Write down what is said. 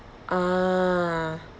ah